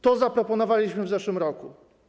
To zaproponowaliśmy w zeszłym roku.